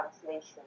translation